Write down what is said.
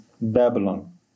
Babylon